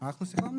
אנחנו סיכמנו